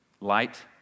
light